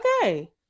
okay